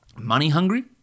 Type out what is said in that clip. money-hungry